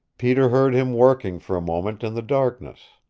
peter heard him working for a moment in the darkness.